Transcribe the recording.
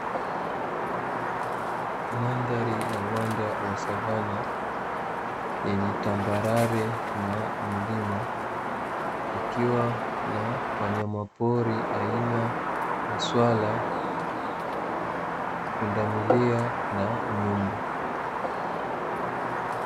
Mandhari ya uwanda wa savana, yenye tambarare na milima. Ikiwa na wanyamapori aina ya swala, pundamilia na nyumbu.